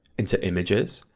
into images,